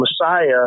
Messiah